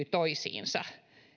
toisiinsa